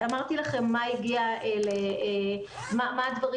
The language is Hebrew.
אמרתי לכם אילו דברים